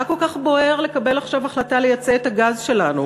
מה כל כך בוער לקבל עכשיו החלטה לייצא את הגז שלנו?